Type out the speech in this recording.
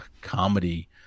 comedy